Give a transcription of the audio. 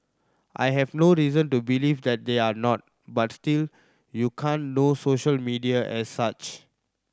I have no reason to believe that they are not but still you can't know social media as such